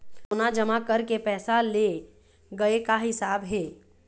सोना जमा करके पैसा ले गए का हिसाब हे?